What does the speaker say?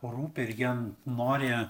rūpi ir jie nori